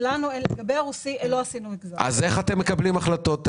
לגבי הקהל הרוסי לא עשינו --- אז איך אתם מקבלים החלטות,